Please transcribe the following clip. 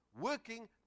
working